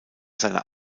seiner